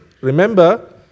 remember